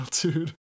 dude